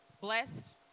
blessed